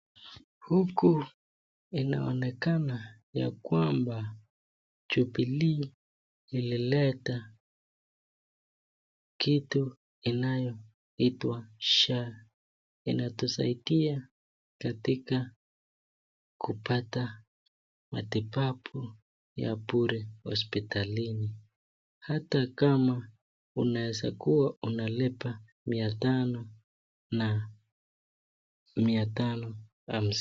Huku inaonekana ya kwamba jubilee ilileta kitu inayoitwa sha, inatusaidia katika kuoata matibabu ya bure hospitalini hata kama unaweza kuwa unalipa mia tano na mia tano hamsini.